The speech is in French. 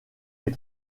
est